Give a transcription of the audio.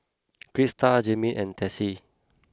Crista Jeannine and Tessie